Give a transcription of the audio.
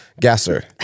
Gasser